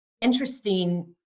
interesting